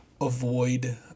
avoid